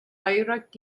oidhreacht